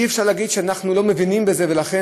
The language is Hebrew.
אי-אפשר להגיד שאנחנו לא מבינים בזה ולכן